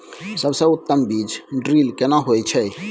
सबसे उत्तम बीज ड्रिल केना होए छै?